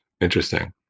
Interesting